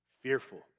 fearful